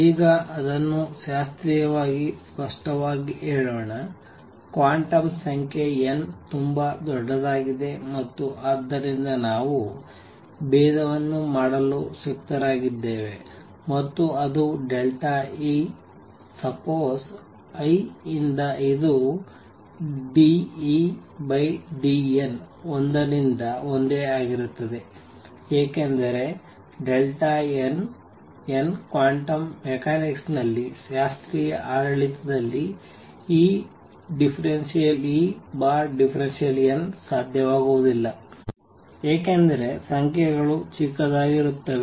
ಈಗ ಅದನ್ನು ಶಾಸ್ತ್ರೀಯವಾಗಿ ಸ್ಪಷ್ಟವಾಗಿ ಹೇಳೋಣ ಕ್ವಾಂಟಮ್ ಸಂಖ್ಯೆ n ತುಂಬಾ ದೊಡ್ಡದಾಗಿದೆ ಮತ್ತು ಆದ್ದರಿಂದ ನಾವು ಭೇದವನ್ನು ಮಾಡಲು ಶಕ್ತರಾಗಿದ್ದೇವೆ ಮತ್ತು ಅದು E ಸಪ್ಪೊಸ್ iಯಿಂದ ಇದು d Ed n ಒಂದರಿಂದ ಒಂದೇ ಆಗಿರುತ್ತದೆ ಏಕೆಂದರೆ n n ಕ್ವಾಂಟಮ್ ಮೆಕ್ಯಾನಿಕ್ಸ್ ನಲ್ಲಿನ ಶಾಸ್ತ್ರೀಯ ಆಡಳಿತದಲ್ಲಿ ಈ d Ed n ಸಾಧ್ಯವಾಗುವುದಿಲ್ಲ ಏಕೆಂದರೆ ಸಂಖ್ಯೆಗಳು ಚಿಕ್ಕದಾಗಿರುತ್ತವೆ